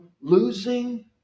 losing